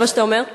זה מה שאתה אומר?